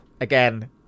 Again